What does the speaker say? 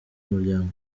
muryango